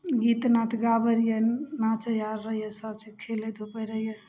गीतनाद गाबै रहिए नाचै आओर रहिए सबचीज खेलै धुपै रहिए